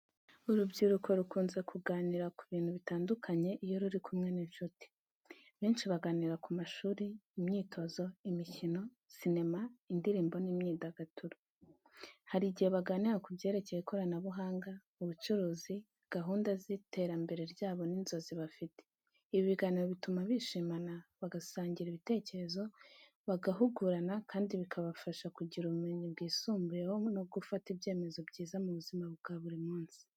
Urubyiruko rukunze kuganira ku bintu bitandukanye iyo ruri kumwe n’inshuti. Benshi baganira ku mashuri, imyitozo, imikino, sinema, indirimbo n’imyidagaduro. Hari n’igihe baganira ku byerekeye ikoranabuhanga, ubucuruzi, gahunda z’iterambere ryabo n’inzozi bafite. Ibi biganiro bituma bishimana, bagasangira ibitekerezo, bagahugurana kandi bikabafasha kugira ubumenyi bwisumbuye no gufata ibyemezo byiza mu buzima bwa buri munsi.